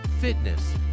fitness